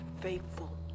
faithful